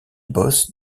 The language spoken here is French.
boss